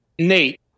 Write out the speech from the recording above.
Nate